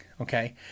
Okay